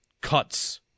cuts